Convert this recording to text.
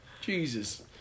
Jesus